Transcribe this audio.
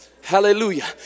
hallelujah